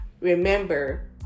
Remember